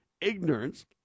ignorance